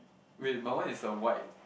wait my one is the white